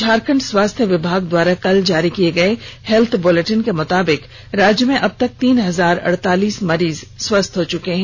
झारखंड स्वास्थ्य विभाग द्वारा कल जारी किये गये हेल्थ बुलेटिन के मुताबिक राज्य में अब तक तीन हजार अडतालीस मरीज स्वस्थ हो चुके हैं